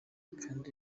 kandi